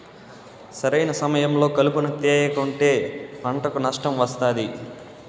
సరైన సమయంలో కలుపును తేయకుంటే పంటకు నష్టం వస్తాది